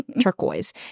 turquoise